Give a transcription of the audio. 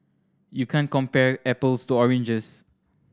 you can't compare apples to oranges